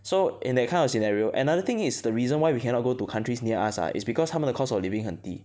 so in that kind of scenario another thing is the reason why we cannot go to countries near us ah is because 他们的 cost of living 很低